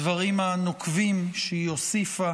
הדברים הנוקבים שהיא הוסיפה